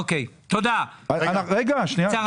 זו